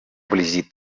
вблизи